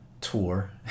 tour